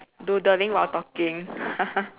doodling while talking